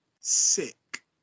sick